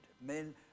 Men